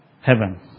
heaven